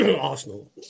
Arsenal